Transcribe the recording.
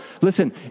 Listen